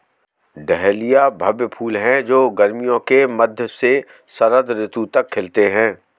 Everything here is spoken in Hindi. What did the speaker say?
डहलिया भव्य फूल हैं जो गर्मियों के मध्य से शरद ऋतु तक खिलते हैं